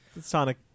Sonic